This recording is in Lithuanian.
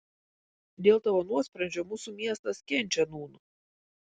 dėl tavo nuosprendžio mūsų miestas kenčia nūn